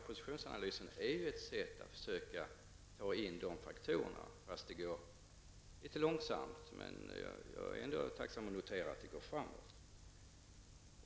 Positionsanalysen är ett sätt att försöka ta in dessa faktorer, fastän det går litet långsamt. Ändå kan jag tacksamt notera att det går framåt.